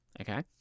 Okay